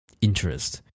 interest